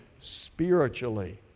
spiritually